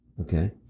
Okay